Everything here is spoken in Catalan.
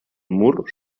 mur